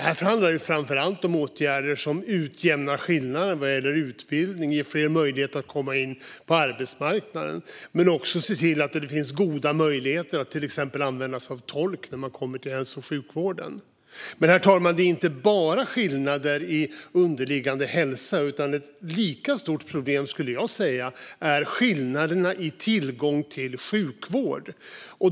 Här handlar det framför allt om åtgärder som utjämnar skillnaderna vad gäller utbildning och ger fler möjlighet att komma in på arbetsmarknaden, men det gäller också att se till att det finns goda möjligheter att till exempel använda sig av tolk när man kommer till hälso och sjukvården. Herr talman! Det handlar inte bara om skillnader i underliggande hälsa. Ett lika stort problem är skillnaderna i tillgång till sjukvård, skulle jag säga.